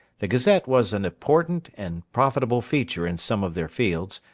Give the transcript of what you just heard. the gazette was an important and profitable feature in some of their fields,